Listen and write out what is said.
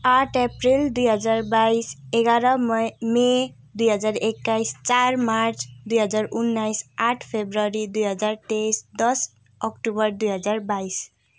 आठ अप्रेल दुई हजार बाइस एघार मई मई दुई हजार एक्काइस चार मार्च दुई हजार उन्नाइस आठ फेब्रुअरी दुई हजार तेइस दस अक्टोबर दुई हजार बाइस